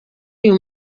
uyu